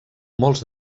molts